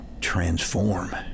transform